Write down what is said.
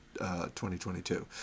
2022